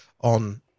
on